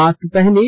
mask पहनें